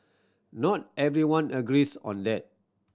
not everyone agrees on that